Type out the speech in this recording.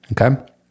Okay